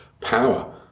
power